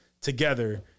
together